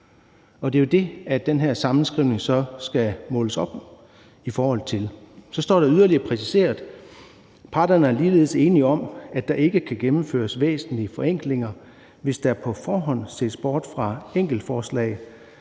Det er jo det, den her sammenskrivning så skal måles i forhold til. Så står det yderligere præciseret: Parterne er ligeledes enige om, at der ikke kan gennemføres væsentlige forenklinger, hvis der på forhånd ses bort fra enkeltforslag,